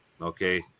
Okay